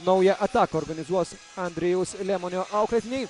naują ataką organizuos andrejaus lemonio auklėtiniai